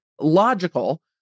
logical